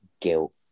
guilt